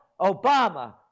Obama